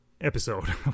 episode